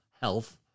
health